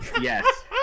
Yes